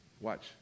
Watch